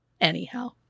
Anyhow